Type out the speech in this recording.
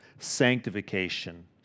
sanctification